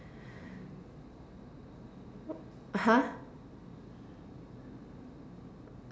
!huh!